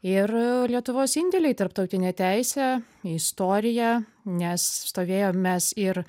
ir lietuvos indėliai tarptautinė teisė į istoriją nes stovėjom mes ir